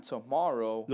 Tomorrow